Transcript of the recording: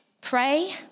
pray